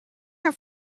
her